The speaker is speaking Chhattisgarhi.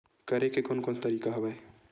करे के कोन कोन से तरीका हवय?